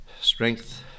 strength